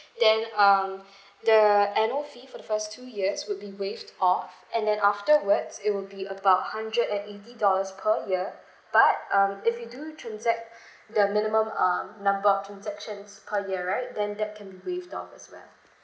then um the annual fee for the first two years would be waived off and then afterwards it will be about hundred and eighty dollars per year but um if you do transact the minimum um number of transactions per year right then that can be waived off as well